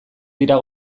dira